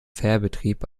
fährbetrieb